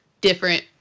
different